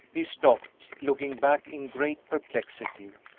he stopped, looking back in great perplexity.